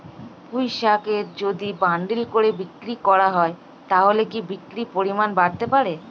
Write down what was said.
পুঁইশাকের যদি বান্ডিল করে বিক্রি করা হয় তাহলে কি বিক্রির পরিমাণ বাড়তে পারে?